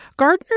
Gardner